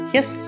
Yes